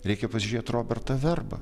reikia pasižiūrėt robertą verbą